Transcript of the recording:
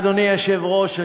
אדוני היושב-ראש,